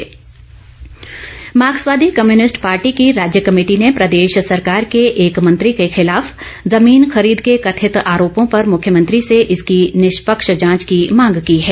माकपा मार्क्सवादी communist party की राज्य कमेटी ने प्रदेश सरकार के एक मंत्री के खिलाफ जमीन खरीद के कथित आरोपों पर मुख्मयंत्री से इसकी निष्पक्ष जांच की मांग की है